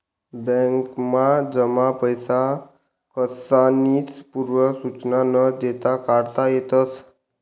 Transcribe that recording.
बॅकमा जमा पैसा कसानीच पूर्व सुचना न देता काढता येतस